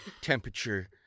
temperature